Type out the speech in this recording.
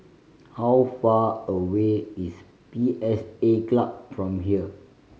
how far away is P S A Club from here